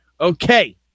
okay